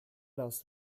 das